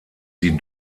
sie